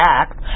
act